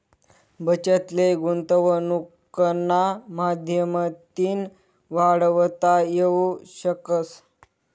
बचत ले गुंतवनुकना माध्यमतीन वाढवता येवू शकस